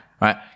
Right